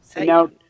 now